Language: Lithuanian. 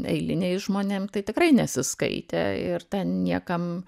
eiliniais žmonėm tai tikrai nesiskaitė ir ten niekam